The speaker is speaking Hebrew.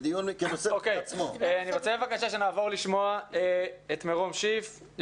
נעבור לשמוע את מרום שיף,